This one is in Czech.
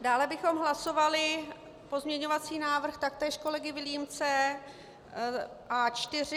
Dále bychom hlasovali pozměňovací návrh taktéž kolegy Vilímce A4.